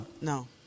No